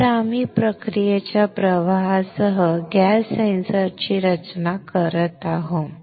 तर आम्ही प्रक्रियेच्या प्रवाहासह गॅस सेन्सरची रचना करत आहोत